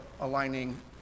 aligning